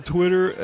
Twitter